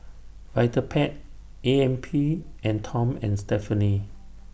Vitapet A M P and Tom and Stephanie